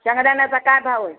शेंगदाण्याचा काय भाव आहे